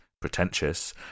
pretentious